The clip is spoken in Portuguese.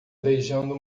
beijando